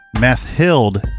Mathild